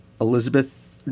Elizabeth